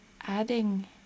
adding